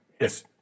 Yes